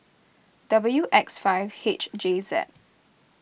W X five H J Z